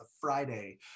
friday